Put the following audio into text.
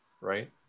right